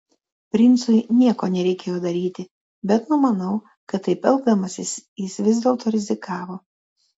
princui nieko nereikėjo daryti bet numanau kad taip elgdamasis jis vis dėlto rizikavo